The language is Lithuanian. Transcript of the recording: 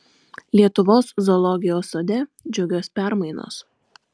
lietuvos zoologijos sode džiugios permainos